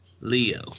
Leo